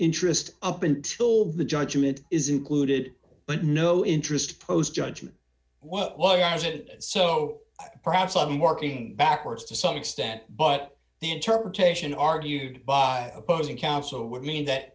interest up until the judgment is included but no interest prose judgment well as it so perhaps i'm working backwards to some extent but the interpretation argued by opposing counsel would mean that